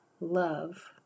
love